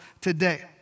today